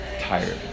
tired